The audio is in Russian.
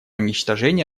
уничтожение